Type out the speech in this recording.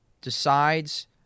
decides